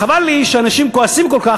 חבל לי שאנשים כועסים כל כך,